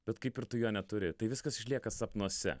bet kaip ir tu jo neturi tai viskas išlieka sapnuose